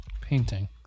Painting